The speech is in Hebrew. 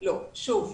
שוב,